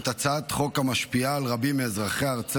הצעת חוק לתיקון פקודת העיריות (מס' 158)